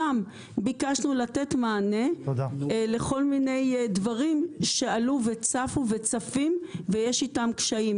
במסמך ביקשנו לתת מענה לכל מיני דברים שעלו וצפו וצפים ויש איתם קשיים.